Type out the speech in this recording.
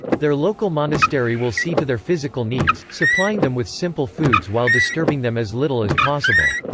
their local monastery will see to their physical needs, supplying them with simple foods while disturbing them as little as possible.